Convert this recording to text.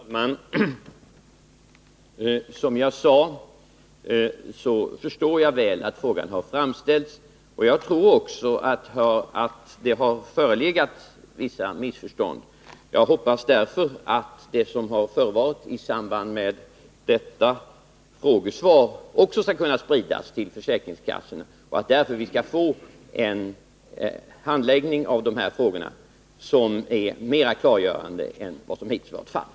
Herr talman! Som jag nyss sade förstår jag mycket väl att frågan har framställts. Jag tror att det har förelegat vissa missförstånd. Jag hoppas därför att det som förevarit i samband med detta frågesvar också skall kunna spridas till försäkringskassorna och att vi skall få en handläggning av dessa frågor som är mer klargörande än vad som hittills varit fallet.